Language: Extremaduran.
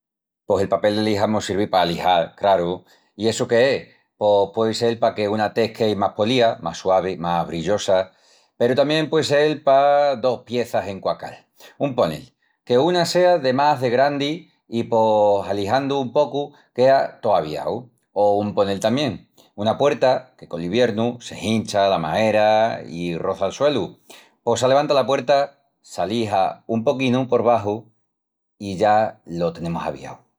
Pos el papel de lixa mos sirvi pa alixal, craru! I essu qué es? Pos puei sel paque una tes quei más polía, más suavi, más brillosa. Peru tamién puei sel pa dos pieças enquacal. Un ponel, que una sea de más de grandi i pos alixandu un pocu quea tó aviau. O, un ponel tamién, una puerta que col iviernu se hincha la maera i roça el suelu. Pos s'alevanta la puerta, s'alixa un poquinu por baxu i ya lo tenemus aviau.